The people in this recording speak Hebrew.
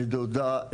לדודה,